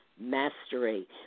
mastery